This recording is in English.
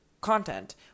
content